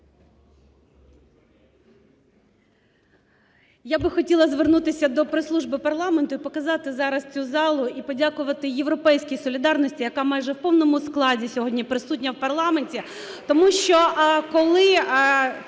Я би хотіла звернутися до прес-служби парламенту і показати зараз цю залу, і подякувати "Європейській солідарності", яка майже в повному складі сьогодні присутня в парламенті.